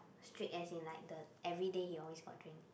streak as in like the everyday he always got drink